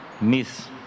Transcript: miss